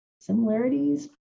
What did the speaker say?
similarities